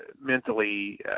mentally